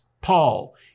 Paul